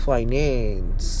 Finance